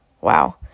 Wow